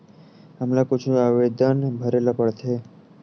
हमला कुछु आवेदन भरेला पढ़थे?